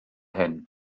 hyn